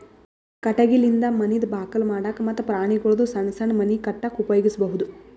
ಕಟಗಿಲಿಂದ ಮನಿದ್ ಬಾಕಲ್ ಮಾಡಕ್ಕ ಮತ್ತ್ ಪ್ರಾಣಿಗೊಳ್ದು ಸಣ್ಣ್ ಸಣ್ಣ್ ಮನಿ ಕಟ್ಟಕ್ಕ್ ಉಪಯೋಗಿಸಬಹುದು